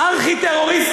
חבר הכנסת עיסאווי פריג'.